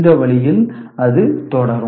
இந்த வழியில் அது தொடரும்